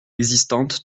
existantes